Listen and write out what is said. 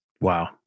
Wow